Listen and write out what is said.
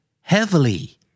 heavily